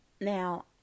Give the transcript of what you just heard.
Now